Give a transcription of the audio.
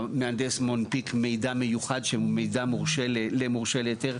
המהנדס מנפיק מידע מיוחד שהוא מידע למורשה להיתר,